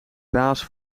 baas